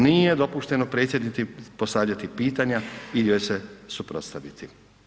Nije dopušteno predsjednici postavljati pitanja ili joj se suprotstaviti.